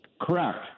Correct